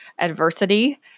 adversity